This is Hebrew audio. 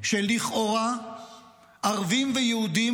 שלכאורה ערבים ויהודים,